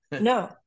No